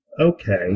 okay